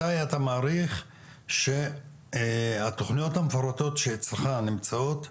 מתי אתה מעריך שהתוכניות המפורטות שנמצאות אצלך,